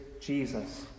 Jesus